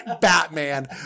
Batman